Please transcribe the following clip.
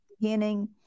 beginning